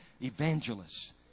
evangelists